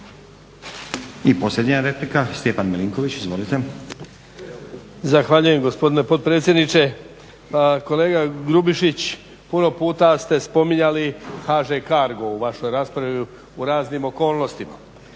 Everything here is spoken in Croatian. I posljednja replika, Stjepan Milinković. Izvolite. **Milinković, Stjepan (HDZ)** Zahvaljujem gospodine potpredsjedniče. Kolega Grubišić, puno puta ste spominjali HŽ Cargo u vašoj raspravi u raznim okolnostima